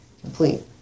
complete